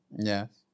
Yes